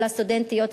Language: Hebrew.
לסטודנטיות,